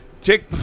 Tick